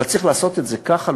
אבל צריך לעשות את זה ככה,